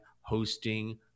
hosting